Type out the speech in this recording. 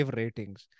ratings